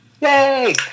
Yay